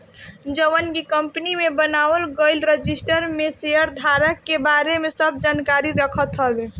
जवन की कंपनी में बनावल गईल रजिस्टर में शेयरधारक के बारे में सब जानकारी रखत हवे